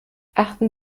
achten